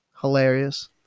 hilarious